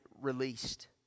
released